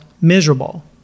miserable